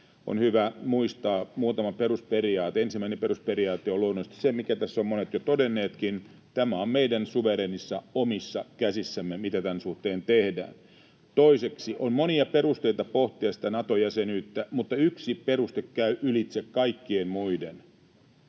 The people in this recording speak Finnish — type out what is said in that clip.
On hyvä muistaa muutama perusperiaate. Ensimmäinen perusperiaate on luonnollisesti se, minkä tässä ovat monet jo todenneetkin: on meidän suvereeneissa, omissa käsissämme, mitä tämän suhteen tehdään. Toiseksi, on monia perusteita pohtia Nato-jäsenyyttä, mutta yksi peruste käy ylitse kaikkien muiden